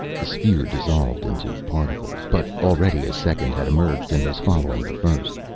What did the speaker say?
the sphere dissolved into particles. but already a second had emerged and was following the first.